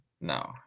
no